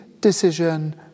decision